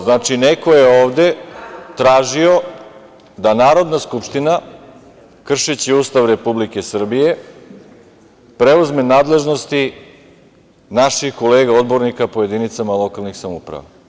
Znači, neko je ovde tražio da Narodna skupština, kršeći Ustav Republike Srbije, preuzme nadležnosti naših kolega odbornika po jedinicama lokalnih samouprava.